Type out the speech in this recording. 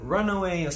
Runaway